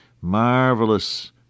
marvelous